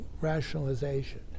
rationalization